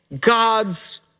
God's